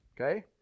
Okay